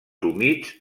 humits